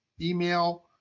email